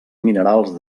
minerals